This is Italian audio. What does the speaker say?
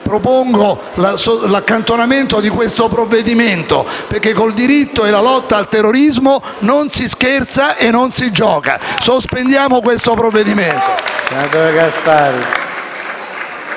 Propongo l'accantonamento di questo provvedimento, perché con il diritto e la lotta al terrorismo non si scherza e non si gioca. Sospendiamo l'esame di questo provvedimento.